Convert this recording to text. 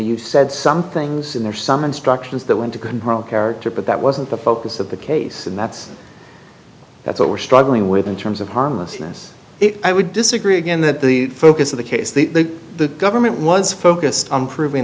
you said some things in there some instructions that went to control character but that wasn't the focus of the case and that's that's what we're struggling with in terms of harmlessness i would disagree again that the focus of the case the the government was focused on prov